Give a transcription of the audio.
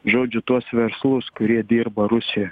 žodžiu tuos verslus kurie dirba rusijoj